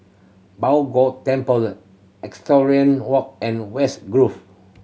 Bao Gong Temple Equestrian Walk and West Grove